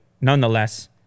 nonetheless